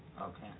Okay